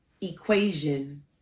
equation